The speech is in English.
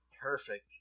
Perfect